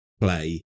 play